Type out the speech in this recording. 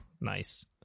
Nice